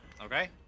Okay